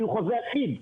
כי הוא חוזה אחיד.